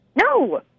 No